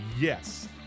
yes